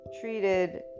treated